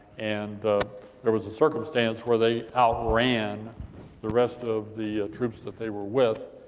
and there was a circumstance where they outran the rest of the troops that they were with,